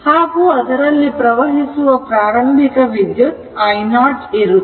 ಹಾಗೂ ಅದರಲ್ಲಿ ಪ್ರವಹಿಸುವ ಪ್ರಾರಂಭಿಕ ವಿದ್ಯುತ್ i0 ಇರುತ್ತದೆ